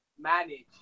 manage